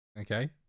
Okay